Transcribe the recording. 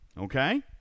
Okay